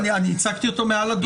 אני ייצגתי אותו מעל הדוכן.